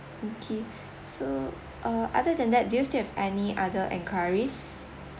okay so err other than that do you still have any other enquiries